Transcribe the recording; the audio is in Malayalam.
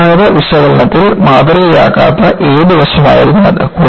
പരമ്പരാഗത വിശകലനത്തിൽ മാതൃകയാക്കാത്ത ഏത് വശമായിരുന്നു അത്